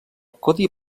codi